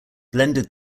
blended